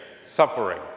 suffering